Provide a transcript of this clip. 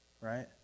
right